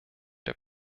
der